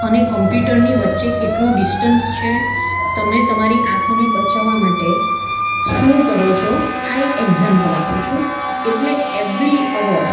અને કંપ્યુટરની વચ્ચે કેટલું ડિસ્ટન્સ છે તમે તમારી આંખોને બચાવા માટે શું કરો છો આ એક એકઝામ્પલ આપું છું એટલે એવરી અવર